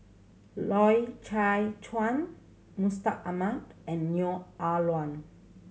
Loy Chye Chuan Mustaq Ahmad and Neo Ah Luan